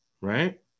right